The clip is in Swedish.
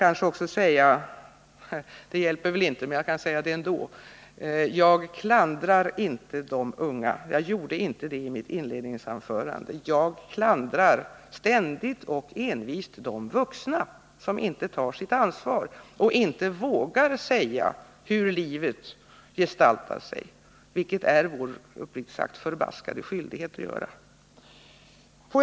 Låt mig också säga — det hjälper väl inte, men jag kan säga det ändå —att jag i mitt inledningsanförande inte klandrade de unga. Jag klandrar, ständigt och envist, de vuxna, som inte tar sitt ansvar och inte vågar säga hur livet gestaltar sig. Det är, uppriktigt sagt, vår förbaskade skyldighet att göra det.